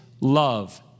love